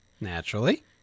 Naturally